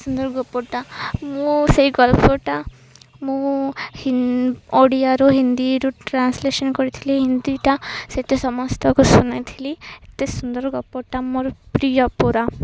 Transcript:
ସୁନ୍ଦର ଗପଟା ମୁଁ ସେଇ ଗଳ୍ପଟା ମୁଁ ଓଡ଼ିଆରୁ ହିନ୍ଦୀକୁ ଟ୍ରାନ୍ସଲେସନ କରିଥିଲି ହିନ୍ଦୀଟା ସେଟା ସମସ୍ତକୁ ଶୁଣାଇଥିଲି ଏତେ ସୁନ୍ଦର ଗପଟା ମୋର ପ୍ରିୟ ପୁରା